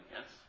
yes